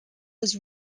was